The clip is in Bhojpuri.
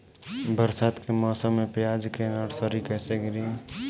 बरसात के मौसम में प्याज के नर्सरी कैसे गिरी?